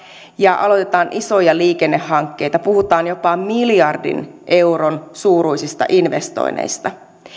ja aloitetaan isoja liikennehankkeita puhutaan jopa miljardin euron suuruisista investoinneista